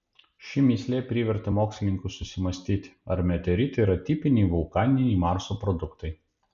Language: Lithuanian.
ši mįslė privertė mokslininkus susimąstyti ar meteoritai yra tipiniai vulkaniniai marso produktai